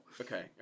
okay